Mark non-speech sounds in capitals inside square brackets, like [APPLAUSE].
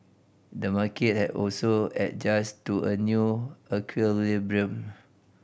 the market has also adjusted to a new [UNINTELLIGIBLE]